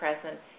present